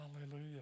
Hallelujah